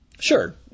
Sure